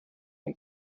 and